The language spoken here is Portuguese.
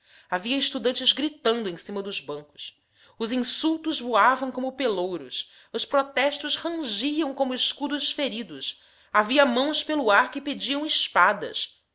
havia estudantes gritando em cima dos bancos os insultos voavam como pelouros os protestos rangiam como escudos feridos havia mãos pelo ar que pediam espadas